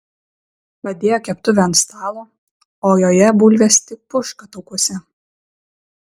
padėjo keptuvę ant stalo o joje bulvės tik puška taukuose